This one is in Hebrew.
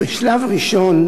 בשלב הראשון,